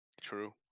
True